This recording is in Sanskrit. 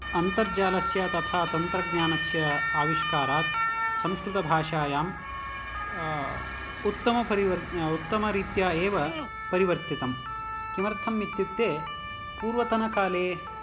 अन्तर्जालस्य तथा तन्त्रज्ञानस्य आविष्कारात् संस्कृतभाषायाम् उत्तमपरिवर् उत्तमरीत्य एव परिवर्तितं किमर्थम् इत्युक्ते पूर्वतनकाले